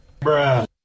bruh